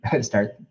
start